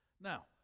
Now